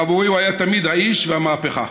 אך עבורי הוא היה תמיד האיש והמהפכה,